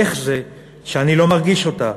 איך זה שאני לא מרגיש אותה?